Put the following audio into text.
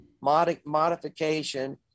modification